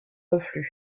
reflux